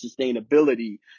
sustainability